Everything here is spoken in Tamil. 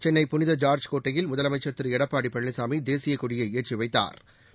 சென்னை புனித ஜா்ஜ் கோட்டையில் முதலமைச்சர் திரு எடப்பாடி பழனிசாமி தேசியக் கொடியை ஏற்றி வைத்தாா்